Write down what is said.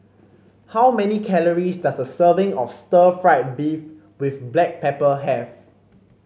how many calories does a serving of Stir Fried Beef with Black Pepper have